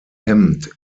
hemd